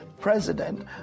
president